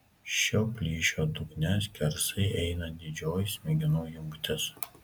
šio plyšio dugne skersai eina didžioji smegenų jungtis